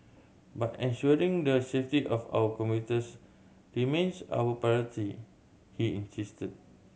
but ensuring the safety of our commuters remains our priority he insisted